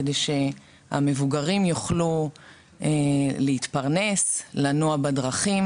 כדי שהמבוגרים יוכלו להתפרנס, לנוע בדרכים